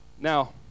Now